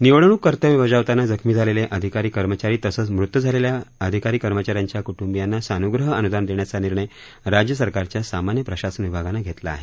निवडणुक कर्तव्य बजावताना जखमी झालेले अधिकारी कर्मचारी तसंच मृत झालेल्या अधिकारी कर्मचाऱ्यांच्या क्टंबियांना सान्ग्रह अनुदान देण्याचा निर्णय राज्य सरकारच्या सामान्य प्रशासन विभागानं घेतला आहे